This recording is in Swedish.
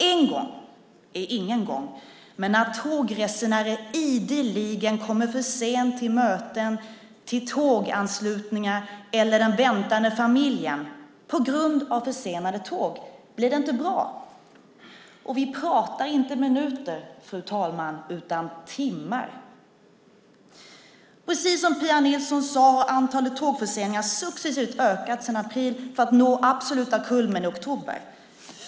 En gång är ingen gång, men när tågresenärer ideligen kommer för sent till möten, tåganslutningar eller den väntande familjen, på grund av försenade tåg, blir det inte bra. Och vi pratar inte minuter, fru talman, utan timmar. Precis som Pia Nilsson sade har antalet tågförseningar successivt ökat sedan april, för att nå den absoluta kulmen i oktober.